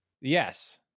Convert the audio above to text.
yes